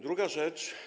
Druga rzecz.